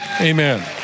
Amen